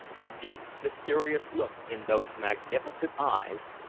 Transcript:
the deep mysterious look in those magnificent eyes,